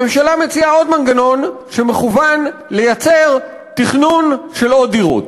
הממשלה מציעה עוד מנגנון שמכוון לייצר תכנון של עוד דירות.